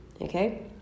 okay